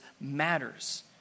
matters